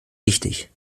wichtig